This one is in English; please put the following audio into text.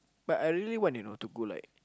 but I really want you know to go like